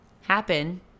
happen